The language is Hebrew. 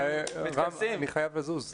אני חייב לזוז.